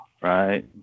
Right